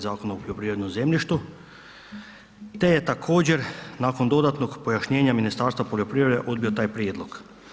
Zakona o poljoprivrednom zemljištu te je također nakon dodatnog pojašnjenja Ministarstva poljoprivrede odbio taj prijedlog.